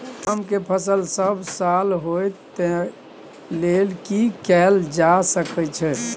आम के फसल सब साल होय तै लेल की कैल जा सकै छै?